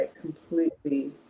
completely